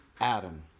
Adam